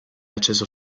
acceso